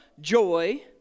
joy